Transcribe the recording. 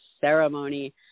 ceremony